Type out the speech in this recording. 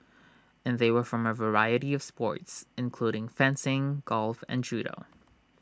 and they were from A variety of sports including fencing golf and judo